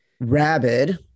rabid